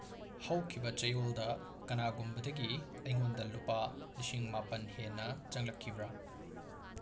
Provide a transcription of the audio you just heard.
ꯍꯧꯈꯤꯕ ꯆꯌꯣꯜꯗ ꯀꯅꯥꯒꯨꯝꯕꯗꯒꯤ ꯑꯩꯉꯣꯟꯗ ꯂꯨꯄꯥ ꯂꯤꯁꯤꯡ ꯃꯥꯄꯟ ꯍꯦꯟꯅ ꯆꯪꯂꯛꯈꯤꯕ꯭ꯔꯥ